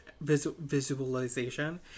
Visualization